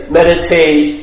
meditate